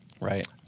Right